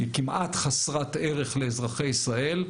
היא כמעט חסרת ערך לאזרחי ישראל,